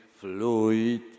fluid